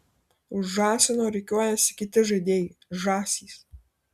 už žąsino rikiuojasi kiti žaidėjai žąsys